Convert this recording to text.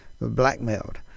blackmailed